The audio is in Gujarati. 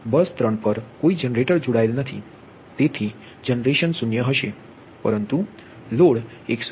અને બસ 3 પર ત્યાં કોઈ જનરેટર જોડાયેલ નથી તેથી જનરેશન 0 પરંતુ લોડ 138